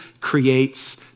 creates